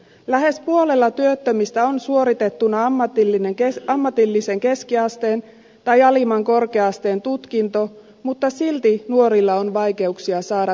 lähes puolella työttömistä on suoritettuna ammatillisen keskiasteen tai alimman korkea asteen tutkinto mutta silti nuorilla on vaikeuksia saada työpaikka